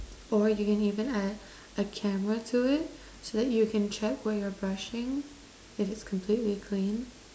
or you can even add a camera to it so that you can check where you're brushing if it's completely clean